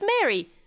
Mary